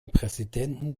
präsidenten